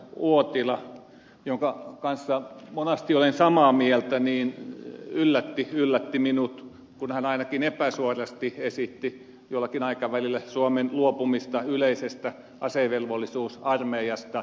uotila jonka kanssa monasti olen samaa mieltä yllätti minut kun hän ainakin epäsuorasti esitti jollakin aikavälillä suomen luopumista yleisestä asevelvollisuusarmeijasta